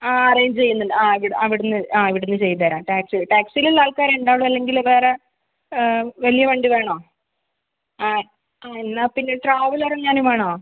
ആ അറേഞ്ച് ചെയ്യുന്നുണ്ട് ആ അവിടന്ന് ഇവിടന്ന് ചെയ്ത് തരാം ടാക്സി ടാക്സിലുള്ള ആൾക്കാർ അല്ലേ ഉണ്ടാവുള്ളൂ അല്ലെങ്കിൽ വേറെ വലിയ വണ്ടി വേണോ ആ എന്നാ പിന്നെ ട്രാവലറെങ്ങാനും വേണോ